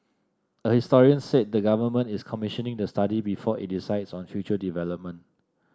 a historian said the Government is commissioning the study before it decides on future development